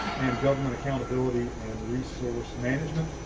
and government accountability and resource management.